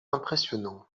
impressionnant